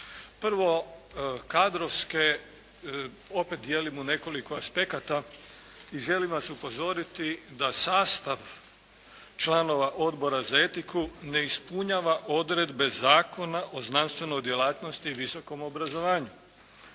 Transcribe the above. Prvo, kadrovske opet dijelimo nekoliko aspekata i želim vas upozoriti da sastav članova Odbora za etiku ne ispunjava odredbe Zakona o znanstvenoj djelatnosti i visokom obrazovanju.